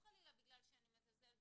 לנו פה בשולחן, ולא חלילה בגלל שאני מזלזלת